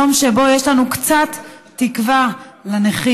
יום שבו יש לנו קצת תקווה לנכים,